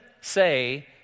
say